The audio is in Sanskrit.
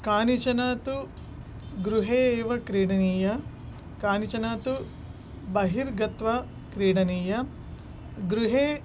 काँश्चन तु गृहे एव क्रीडनीयाः काँश्चन तु बहिर्गत्वा क्रीडनीयाः गृहे